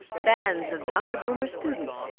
bands of dr. boomer's students,